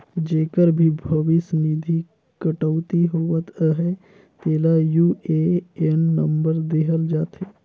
जेकर भी भविस निधि कटउती होवत अहे तेला यू.ए.एन नंबर देहल जाथे